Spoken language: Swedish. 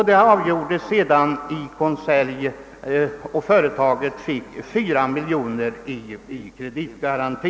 Ärendet avgjordes sedan i konselj, och företaget fick 4 miljoner kronor i kreditgaranti.